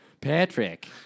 Patrick